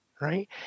right